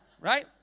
right